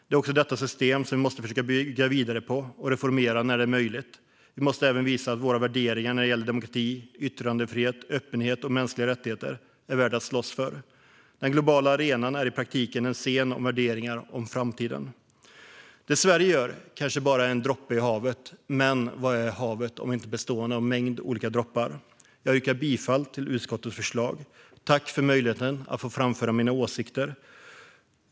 Det är också detta system vi måste försöka bygga vidare på och reformera när så är möjligt. Vi måste även visa att våra värderingar när det gäller demokrati, yttrandefrihet, öppenhet och mänskliga rättigheter är värda att slåss för. Den globala arenan är i praktiken en scen för värderingar om framtiden. Det Sverige gör kanske bara är en droppe i havet, men vad består havet av om inte en mängd olika droppar? Jag yrkar bifall till utskottets förslag och tackar för möjligheten att framföra mina åsikter.